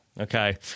Okay